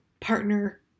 partner